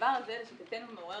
הדבר הזה לשיטתנו מעורר